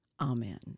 Amen